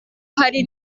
hari